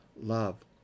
love